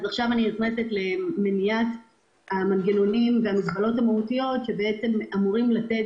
עכשיו אני איכנס למניית המנגנונים והמסגרות המהותיות שאמורים לתת